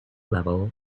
level